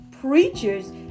preachers